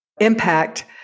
impact